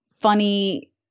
funny